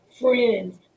friends